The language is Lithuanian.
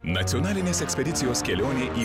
nacionalinės ekspedicijos kelionė į